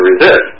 resist